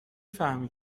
فهمی